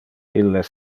illes